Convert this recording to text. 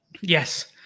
yes